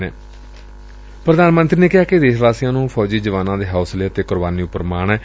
ਪ੍ਧਾਨ ਮੰਤਰੀ ਨੇ ਕਿਹਾ ਕਿ ਦੇਸ਼ ਵਾਸੀਆਂ ਨੂੰ ਫੌਜੀ ਜਵਾਨਾਂ ਦੇ ਹੌਸਲੇ ਅਤੇ ਕੁਰਬਾਨੀ ਉਪਰ ਮਾਣ ਏ